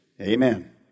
Amen